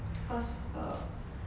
cause err